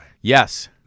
Yes